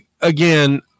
again